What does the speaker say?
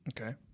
okay